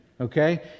okay